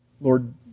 Lord